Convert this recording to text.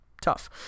tough